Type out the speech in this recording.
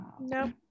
no